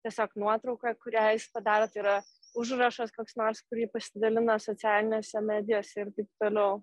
tiesiog nuotrauka kurią jis padaro tai yra užrašas koks nors kurį pasidalina socialinėse medijose ir taip toliau